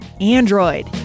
Android